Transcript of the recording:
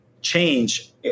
change